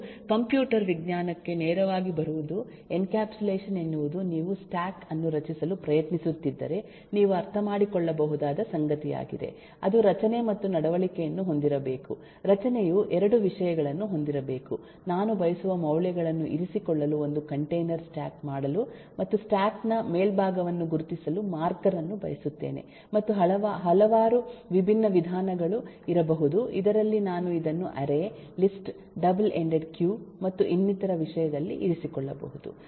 ಮತ್ತು ಕಂಪ್ಯೂಟರ್ ವಿಜ್ಞಾನಕ್ಕೆ ನೇರವಾಗಿ ಬರುವುದು ಎನ್ಕ್ಯಾಪ್ಸುಲೇಷನ್ ಎನ್ನುವುದು ನೀವು ಸ್ಟಾಕ್ ಅನ್ನು ರಚಿಸಲು ಪ್ರಯತ್ನಿಸುತ್ತಿದ್ದರೆ ನೀವು ಅರ್ಥಮಾಡಿಕೊಳ್ಳಬಹುದಾದ ಸಂಗತಿಯಾಗಿದೆ ಅದು ರಚನೆ ಮತ್ತು ನಡವಳಿಕೆಯನ್ನು ಹೊಂದಿರಬೇಕು ರಚನೆಯು 2 ವಿಷಯಗಳನ್ನು ಹೊಂದಿರಬೇಕು ನಾನು ಬಯಸುವ ಮೌಲ್ಯಗಳನ್ನು ಇರಿಸಿಕೊಳ್ಳಲು ಒಂದು ಕಂಟೇನರ್ ಸ್ಟ್ಯಾಕ್ ಮಾಡಲು ಮತ್ತು ಸ್ಟ್ಯಾಕ್ ನ ಮೇಲ್ಭಾಗವನ್ನು ಗುರುತಿಸಲು ಮಾರ್ಕರ್ ಅನ್ನು ಬಯಸುತ್ತೇನೆ ಮತ್ತು ಹಲವಾರು ವಿಭಿನ್ನ ವಿಧಾನಗಳು ಇರಬಹುದು ಇದರಲ್ಲಿ ನಾನು ಇದನ್ನು array list double end queue ಮತ್ತು ಇನ್ನಿತರ ವಿಷಯದಲ್ಲಿ ಇರಿಸಿಕೊಳ್ಳಬಹುದು